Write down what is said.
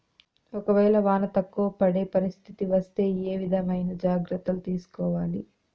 ఒక వేళ వాన తక్కువ పడే పరిస్థితి వస్తే ఏ విధమైన జాగ్రత్తలు తీసుకోవాలి?